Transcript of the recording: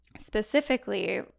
Specifically